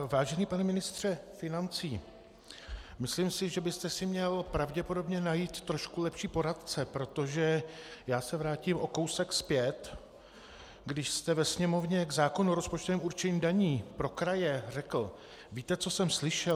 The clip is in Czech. Vážený pane ministře financí, myslím si, že byste si měl pravděpodobně najít trošku lepší poradce, protože já se vrátím o kousek zpět, když jste ve Sněmovně k zákonu o rozpočtovém určení daní pro kraje řekl: Víte, co jsem slyšel?